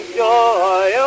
joy